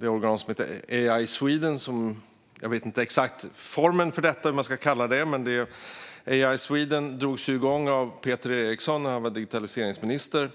Det organ som heter AI Sweden - jag vet inte exakt formen för detta eller vad man ska kalla den - drogs igång av Peter Eriksson när han var digitaliseringsminister.